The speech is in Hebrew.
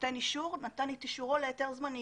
שנותן אישור נתן את אישורו לאישור זמני